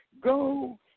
go